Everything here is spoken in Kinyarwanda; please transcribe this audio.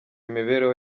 imibereho